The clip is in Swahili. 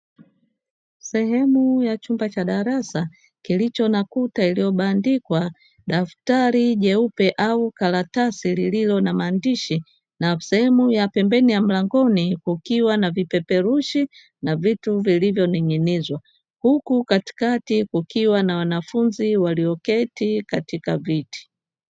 Sehemu ya chumba cha darasa kilicho na picha iliyobandikwa daftari jeupe au karatasi iliyo na maandishi na sehem ya pembeni ya mlangoni kukiwa na vipeperushi na vitu vilivoning'inizwa, huku katikati kukiwa na wanafunzi walioketi kwenye viti.